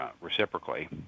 reciprocally